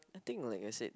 I think like I said